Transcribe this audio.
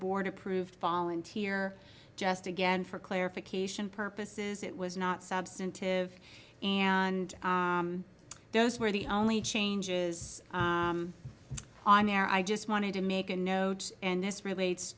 board approved volunteer just again for clarification purposes it was not substantive and those were the only changes on there i just wanted to make a note and this relates